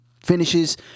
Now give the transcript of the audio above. Finishes